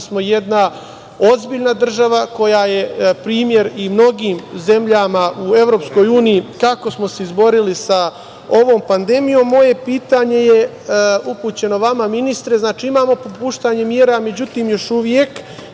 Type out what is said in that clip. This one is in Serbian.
smo jedna ozbiljna država koja je primer i mnogim zemljama u EU kako smo se izborili sa ovom pandemijom. Moje pitanje je upućeno vama, ministre. Znači, imamo popuštanje mera, međutim još uvek